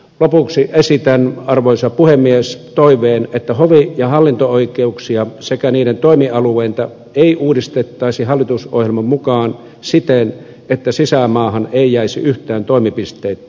lopuksi esitän arvoisa puhemies toiveen että hovi ja hallinto oikeuksia sekä niiden toimialueita ei uudistettaisi hallitusohjelman mukaan siten että sisämaahan ei jäisi yhtään toimipistettä